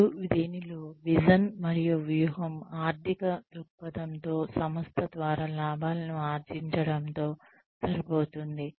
మరియు దీనిలో విజన్ మరియు వ్యూహం ఆర్ధిక దృక్పథంతో సంస్థ ద్వారా లాభాలను ఆర్జించడంతో సరిపోతుంది